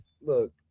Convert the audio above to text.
Look